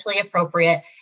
appropriate